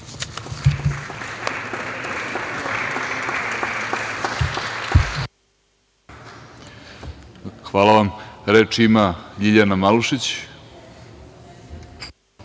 Hvala. Reč ima Ljiljana Malušić.